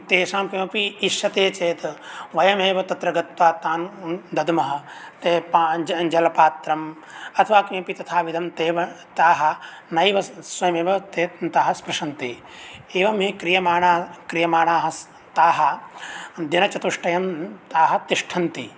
तेषां किमपि ईष्यते चेत् वयमेव तत्र गत्वा तान् दद्मः ते पा ते तान् जलपात्रं अथवा किमपि तथाविधं ते व ताः नैव स्व स्वयमेव ते ताः स्पृशन्ति एवं ये क्रियमाणा क्रियमाणाः स् ताः दिनचतुष्टयं ताः तिष्ठन्ति